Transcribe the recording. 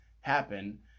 happen